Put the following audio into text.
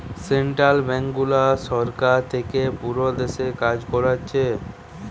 central ব্যাংকগুলো সরকার থিকে পুরো দেশে কাজ কোরছে